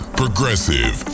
progressive